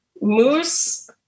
moose